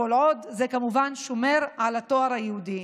כל עוד זה כמובן שומר על הטוהר היהודי.